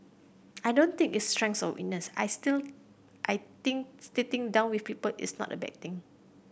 I don't think it's strength or weakness I still I think sitting down with people is not a bad thing